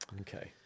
Okay